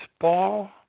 ball